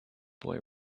boy